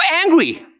angry